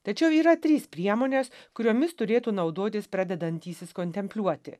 tačiau yra trys priemonės kuriomis turėtų naudotis pradedantysis kontempliuoti